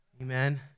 Amen